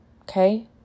Okay